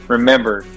Remember